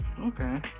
Okay